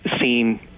seen